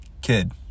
kid